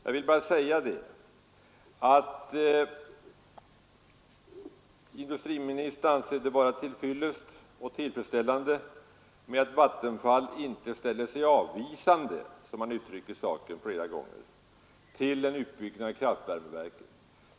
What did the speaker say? Jag vill bara säga att industriministern anser det vara till fyllest och tillfredsställande att Vattenfall inte ställer sig avvisande, såsom han uttryckte saken flera gånger, till en utbyggnad av kraftvärmeverk.